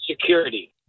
security